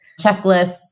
checklists